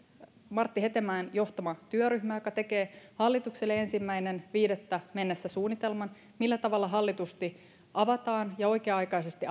martti hetemäen johtama työryhmä joka tekee hallitukselle ensimmäinen viidettä mennessä suunnitelman siitä millä tavalla hallitusti ja oikea aikaisesti